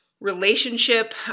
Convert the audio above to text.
relationship